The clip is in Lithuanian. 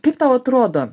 kaip tau atrodo